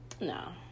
No